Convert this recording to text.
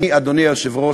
אני, אדוני היושב-ראש,